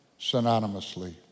synonymously